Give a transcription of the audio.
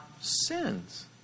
sins